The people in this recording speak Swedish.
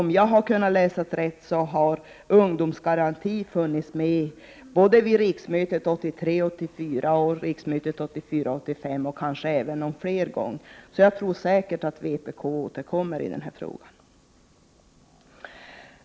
Om jag har läst rätt har förslag om ungdomsgaranti framförts både vid riksmötet 1983 85 och kanske någon fler gång. Jag tror säkert vpk återkommer i den här frågan.